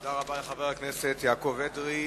תודה רבה לחבר הכנסת יעקב אדרי.